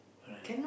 correct